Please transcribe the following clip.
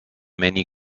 many